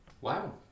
Wow